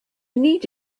need